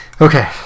okay